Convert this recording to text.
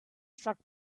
struck